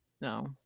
no